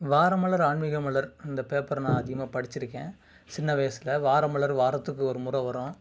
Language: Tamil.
வார மலர் ஆன்மீக மலர் அந்த பேப்பரை நான் அதிகமா படிச்சிருக்கேன் சின்ன வயசில் வார மலர் வாரத்துக்கு ஒரு முறை வரும்